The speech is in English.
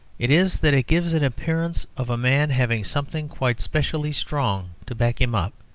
it is that it gives an appearance of a man having something quite specially strong to back him up,